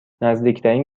نزدیکترین